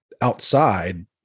outside